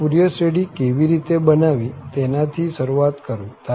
હવે ફુરિયર શ્રેઢી કેવી રીતે બનાવવી તેના થી શરૂઆત કરું